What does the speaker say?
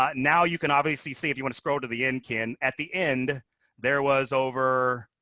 ah now, you can obviously see if you want scroll to the end, ken at the end there was over